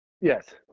yes